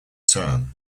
term